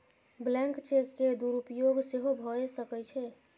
blank cheque के दुरुपयोग सेहो भए सकै छै